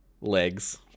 legs